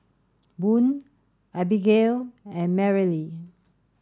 Boone Abigail and Merrily